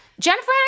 Jennifer